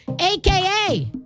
AKA